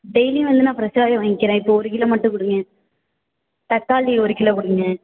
டெய்லியும் வந்து நான் ஃப்ரெஷ்ஷாவே வாங்கிக்கிறேன் இப்போது ஒரு கிலோ மட்டும் கொடுங்க தக்காளி ஒரு கிலோ கொடுங்க